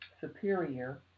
superior